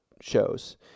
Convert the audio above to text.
shows